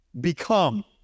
become